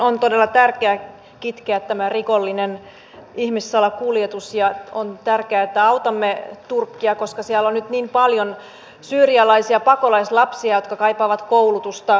on todella tärkeää kitkeä tämä rikollinen ihmissalakuljetus ja on tärkeää että autamme turkkia koska siellä on nyt niin paljon syyrialaisia pakolaislapsia jotka kaipaavat koulutusta leireihin